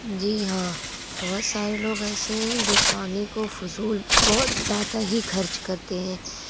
جی ہاں بہت سارے لوگ ایسے ہیں جو پانی کو فضول بہت زیادہ ہی خرچ کرتے ہیں